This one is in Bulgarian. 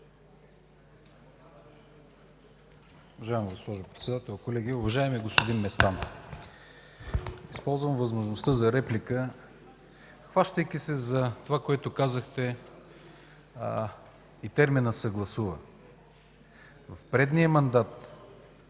В предния мандат